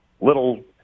little